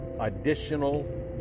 additional